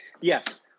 Yes